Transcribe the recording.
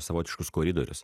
savotiškus koridorius